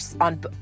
on